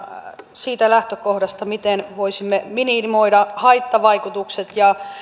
siitä lähtökohdasta miten voisimme minimoida haittavaikutukset ja